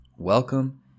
Welcome